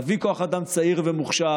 להביא כוח אדם צעיר ומוכשר,